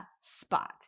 spot